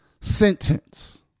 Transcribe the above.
sentence